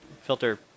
filter